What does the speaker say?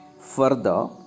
Further